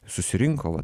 susirinko va